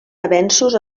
avenços